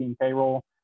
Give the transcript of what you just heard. payroll